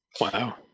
Wow